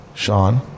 Sean